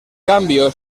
cambio